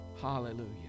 Hallelujah